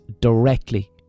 directly